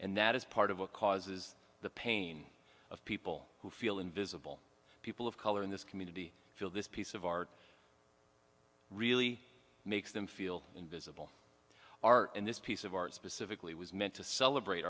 and that is part of what causes the pain of people who feel invisible people of color in this community feel this piece of art really makes them feel invisible art and this piece of art specifically was meant to celebrate